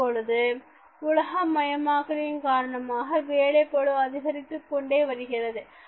இப்பொழுது உலக மயமாக்கலின் காரணமாக வேலை பளு அதிகரித்துக்கொண்டே வருகிறது